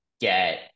get